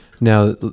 Now